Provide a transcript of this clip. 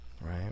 right